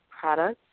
products